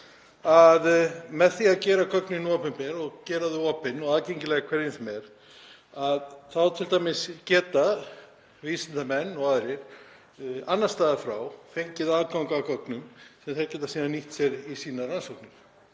að með því að gera gögnin opinber og gera þau opin og aðgengileg hverjum sem er þá geti t.d. vísindamenn og aðrir annars staðar frá fengið aðgang að gögnum sem þeir geta síðan nýtt sér í sínar rannsóknir.